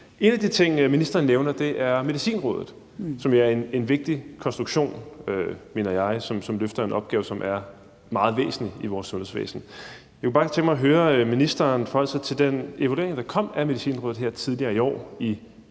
En af de ting, ministeren nævner, er Medicinrådet, som er en vigtig konstruktion, mener jeg, og som løfter en opgave, som er meget væsentlig i vores sundhedsvæsen. Jeg kunne bare tænke mig at høre ministeren forholde sig til den evaluering af Medicinrådet, der kom her tidligere i år – i